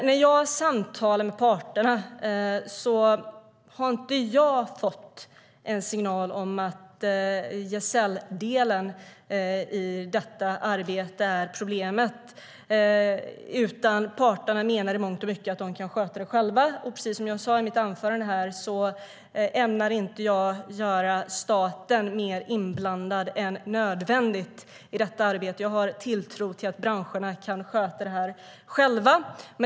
När jag samtalar med parterna har jag inte fått någon signal om att det skulle vara gesälldelen som är problemet. Parterna menar i mångt och mycket att de kan sköta det själva. Precis som jag sa i mitt anförande ämnar jag inte göra staten mer inblandad än nödvändigt i detta arbete. Jag har tilltro till att branscherna kan sköta detta själva.